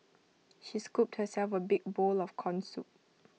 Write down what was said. she scooped herself A big bowl of Corn Soup